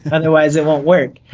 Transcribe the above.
otherwise it won't work.